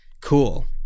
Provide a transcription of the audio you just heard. Cool